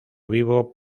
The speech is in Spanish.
vivo